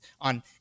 on